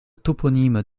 toponyme